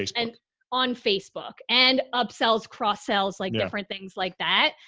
yeah and on facebook and upsells, cross sells like different things like that.